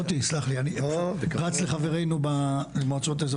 מוטי, סלח לי אני רץ לחברינו במועצות האזוריות.